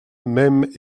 même